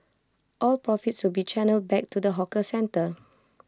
all profits will be channelled back to the hawker centre